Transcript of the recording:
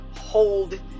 hold